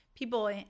People